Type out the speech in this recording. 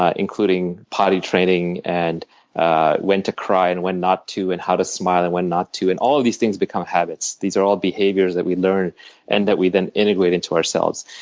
ah including potty training and ah when to cry and when not to, how to smile and when not to, and all these things become habits. these are all behaviors that we learn and that we then integrate into ourselves.